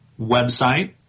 website